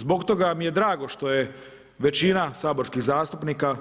Zbog toga mi je drago što je većina saborskih zastupnika